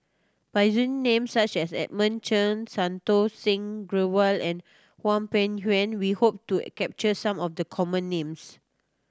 by using names such as Edmund Cheng Santokh Singh Grewal and Hwang Peng Yuan we hope to capture some of the common names